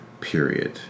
Period